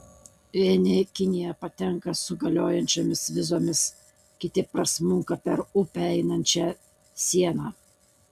vieni į kiniją patenka su galiojančiomis vizomis kiti prasmunka per upę einančią sieną